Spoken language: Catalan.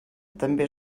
també